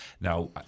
Now